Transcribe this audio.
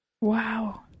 Wow